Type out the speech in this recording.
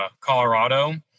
Colorado